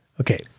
Okay